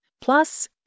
plus